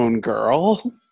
girl